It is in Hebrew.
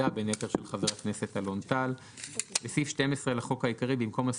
בעד סעיפים 19 ו-20?